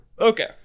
okay